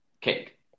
Cake